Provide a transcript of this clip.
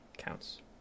counts